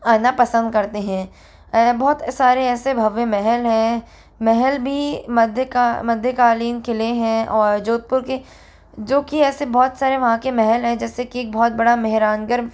आना पसंद करते हैं बहुत सारे ऐसे भव्य महल हैं महल भी मध्य का मध्यकालीन किलें हैं और जोधपुर के जो कि ऐसे बहुत सारे वहाँ के महल हैं जैसे कि बहुत बड़ा मेहरानगढ़